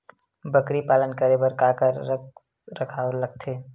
बकरी पालन करे बर काका रख रखाव लगथे?